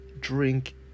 drink